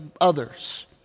others